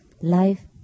life